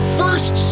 first